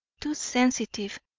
too sensitive,